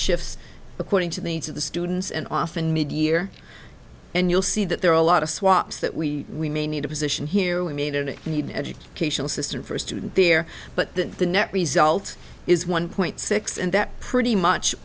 shifts according to the needs of the students and often mid year and you'll see that there are a lot of swaps that we may need to position here we need an educational system for a student there but the net result is one point six and that pretty much